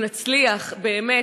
אם נצליח באמת,